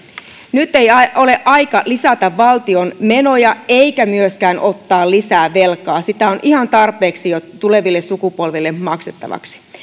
nyt ei ole aika lisätä valtion menoja eikä myöskään ottaa lisää velkaa sitä on ihan tarpeeksi jo tuleville sukupolville maksettavaksi